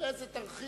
אחרי זה תרחיב,